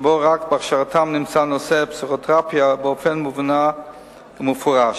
שבו רק בהכשרתם נמצא נושא הפסיכותרפיה באופן מובנה ומפורש.